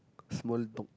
small talk